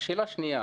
שלך.